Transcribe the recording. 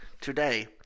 today